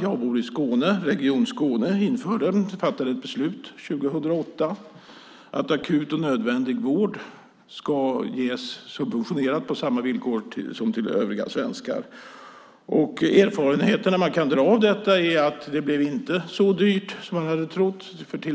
Jag bor i Skåne. Region Skåne fattade 2008 beslut om att akut och nödvändig vård ska ges subventionerat på samma villkor som till svenskar. Erfarenheterna som man kan dra av detta är att det inte blev så dyrt som man hade trott.